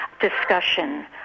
discussion